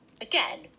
again